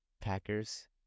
Packers